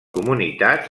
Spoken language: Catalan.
comunitats